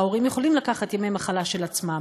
ההורים יכולים לקחת ימי מחלה של עצמם,